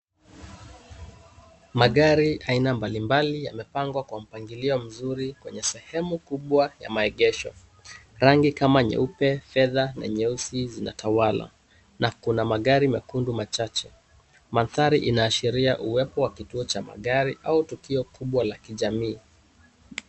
Magari aina mbalimbali yamepangwa kwa mpangilio mzuri kwenye sehemu kubwa ya maegesho. Rangi kama nyeupe, fedha na nyeusi zinatawala na kuna magari mekundu machache. Maandhari inaashiria uwepo wa kituo cha magari au tukio kubwa la kijamii.